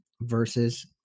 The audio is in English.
versus